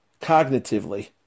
Cognitively